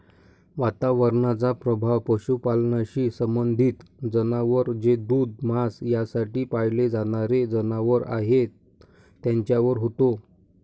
वातावरणाचा प्रभाव पशुपालनाशी संबंधित जनावर जे दूध, मांस यासाठी पाळले जाणारे जनावर आहेत त्यांच्यावर होतो